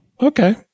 okay